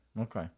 Okay